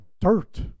dirt